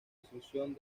asunción